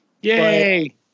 Yay